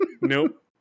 Nope